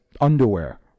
underwear